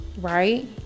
right